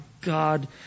God